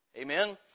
Amen